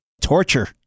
torture